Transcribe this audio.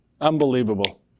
Unbelievable